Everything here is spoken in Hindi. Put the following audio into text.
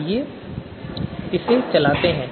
आइए इसे चलाते हैं